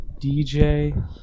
DJ